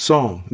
Song